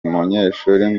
munyeshuri